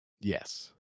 Yes